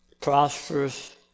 prosperous